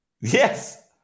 Yes